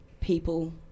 people